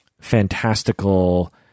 fantastical